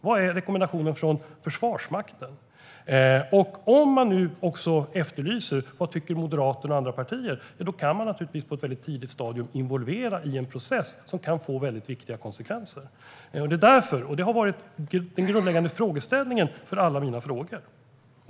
Vad är rekommendationen från Försvarsmakten? Om man nu efterlyser vad Moderaterna och andra partier tycker kan man på ett väldigt tidigt stadium involvera dem i en process som kan få väldigt viktiga konsekvenser. Det har varit den grundläggande frågeställningen för alla mina frågor.